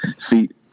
feet